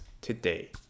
today